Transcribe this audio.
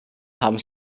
haben